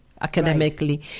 academically